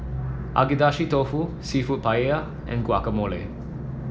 Agedashi Dofu seafood Paella and Guacamole